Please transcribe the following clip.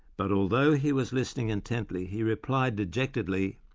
but although he was listening intently, he replied dejectedly,